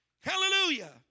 Hallelujah